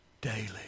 daily